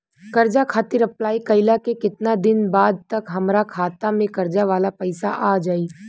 कर्जा खातिर अप्लाई कईला के केतना दिन बाद तक हमरा खाता मे कर्जा वाला पैसा आ जायी?